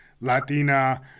Latina